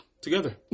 Together